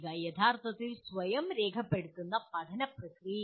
യഥാർത്ഥത്തിൽ സ്വയം രേഖപ്പെടുത്തുന്ന പഠന പ്രക്രിയയാണ്